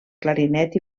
clarinet